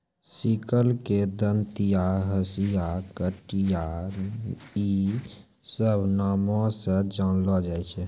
sickle के दंतिया, हंसिया, कचिया इ सभ नामो से जानलो जाय छै